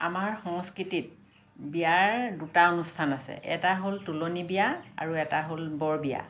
আমাৰ সংস্কৃতিত বিয়াৰ দুটা অনুষ্ঠান আছে এটা হ'ল তুলনি বিয়া আৰু এটা হ'ল বৰ বিয়া